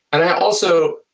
and i also,